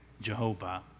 Jehovah